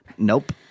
Nope